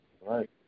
Right